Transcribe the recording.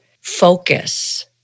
focus